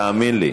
תאמין לי.